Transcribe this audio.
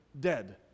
dead